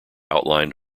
outlined